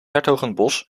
hertogenbosch